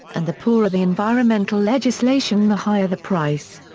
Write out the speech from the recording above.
and the poorer the environmental legislation the higher the price.